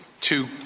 two